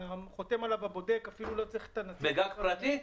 חותם עליו הבודק ואפילו לא צריך את הנציג --- בגג פרטי?